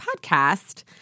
podcast